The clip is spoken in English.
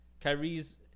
Kyrie's